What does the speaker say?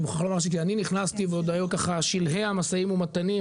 ואני מוכרח לומר שכשאני נכנסתי וזה היה עוד בשלהי המשאים ומתנים,